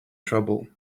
trouble